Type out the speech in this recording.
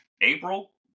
April